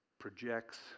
projects